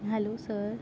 hello sir